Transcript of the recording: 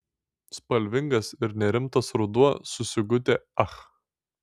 spalvingas ir nerimtas ruduo su sigute ach